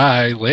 Bye